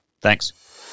Thanks